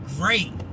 great